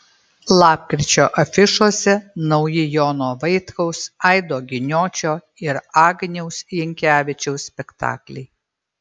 lapkričio afišose nauji jono vaitkaus aido giniočio ir agniaus jankevičiaus spektakliai